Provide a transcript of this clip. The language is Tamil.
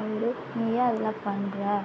அவர் நீ ஏன் அதெலாம் பண்ணுற